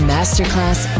Masterclass